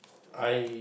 I